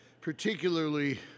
particularly